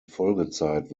folgezeit